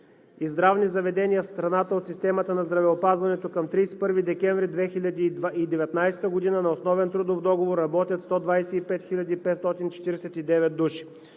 здравни заведения в страната от системата на здравеопазването към 31 декември 2019 г. на основен трудов договор работят 125 549 души.